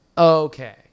Okay